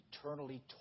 eternally